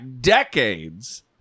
decades